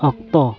ᱚᱠᱛᱚ